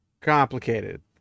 complicated